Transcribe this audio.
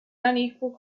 unequal